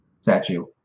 statue